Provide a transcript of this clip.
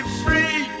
free